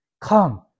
come